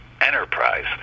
enterprise